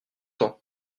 ans